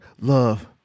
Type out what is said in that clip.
Love